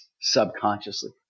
subconsciously